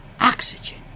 oxygen